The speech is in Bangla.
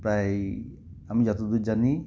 প্রায় আমি যতদূর জানি